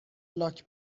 لاک